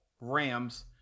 rams